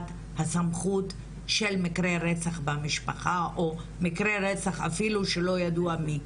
הסמכות של מקרי רצח במשפחה או מקרי רצח אפילו שלא ידוע מי.